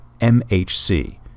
MHC